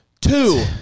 Two